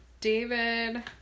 David